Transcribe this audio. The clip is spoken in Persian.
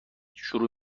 شروع